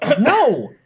No